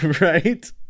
right